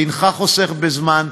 אינך חוסך בזמן,